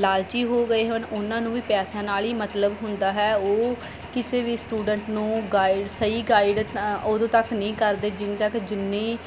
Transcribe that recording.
ਲਾਲਚੀ ਹੋ ਗਏ ਹਨ ਉਹਨਾਂ ਨੂੰ ਵੀ ਪੈਸਿਆਂ ਨਾਲ ਹੀ ਮਤਲਬ ਹੁੰਦਾ ਹੈ ਉਹ ਕਿਸੇ ਵੀ ਸਟੂਡੈਂਟ ਨੂੰ ਗਾਈਡ ਸਹੀ ਗਾਈਡ ਉਦੋਂ ਤੱਕ ਨਹੀਂ ਕਰਦੇ ਜਿਨ ਤੱਕ ਜਿੰਨੀ